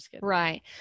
Right